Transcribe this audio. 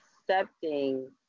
accepting